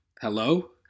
Hello